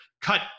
cut